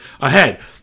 ahead